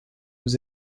aux